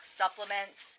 supplements